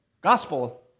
gospel